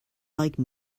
like